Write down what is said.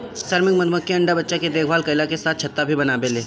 श्रमिक मधुमक्खी अंडा बच्चा के देखभाल कईला के साथे छत्ता भी बनावेले